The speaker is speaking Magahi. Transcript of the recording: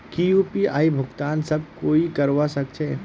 की यु.पी.आई भुगतान सब कोई ई करवा सकछै?